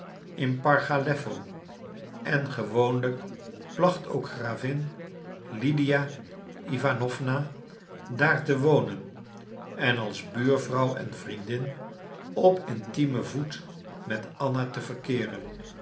in pargalewo en gewoonlijk placht ook gravin lydia iwanowna daar te wonen en als buurvrouw en vriendin op intiemen voet met anna te verkeeren